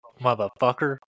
motherfucker